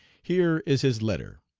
here is his letter